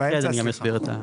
אני אקריא ואני גם אסביר את זה.